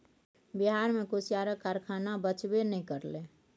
बिहार मे कुसियारक कारखाना बचबे नै करलै